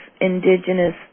indigenous